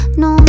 no